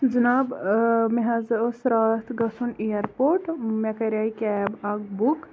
جِناب مےٚ حظ اوس راتھ گژھُن اِیر پورٹ مےٚ کَرے کیب اکھ بُک